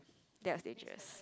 they are teachers